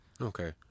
Okay